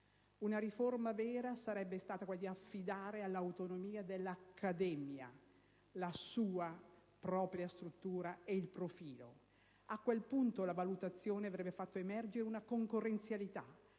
Una riforma vera avrebbe dovuto affidare all'autonomia dell'accademia la propria struttura e il proprio profilo. A quel punto la valutazione avrebbe fatto emergere una concorrenzialità